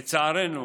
לצערנו,